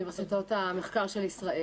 אוניברסיטאות המחקר של ישראל.